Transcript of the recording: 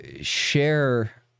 share